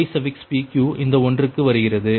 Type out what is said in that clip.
எனவே ypq இந்த ஒன்றிற்கு வருகிறது